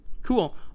Cool